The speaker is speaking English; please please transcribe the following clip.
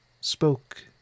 spoke